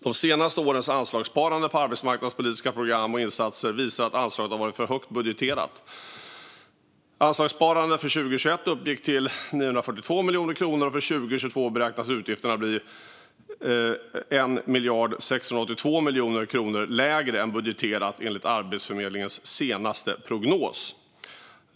De senaste årens anslagssparande inom arbetsmarknadspolitiska program och insatser visar att anslaget har varit för högt budgeterat. Anslagssparandet för 2021 uppgick till 942 miljoner kronor, och för 2022 beräknas utgifterna bli 1,682 miljarder kronor lägre än budgeterat enligt Arbetsförmedlingens senaste prognos.